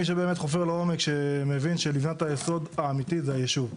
מי שבאמת חופר לעומק שמבין שלבנת היסוד האמיתי זה הישוב.